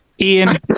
Ian